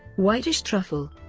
whitish truffle